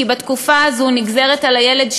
כי בתקופה הזו נגזרת על הילד,